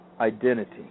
identity